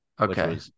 Okay